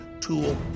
tool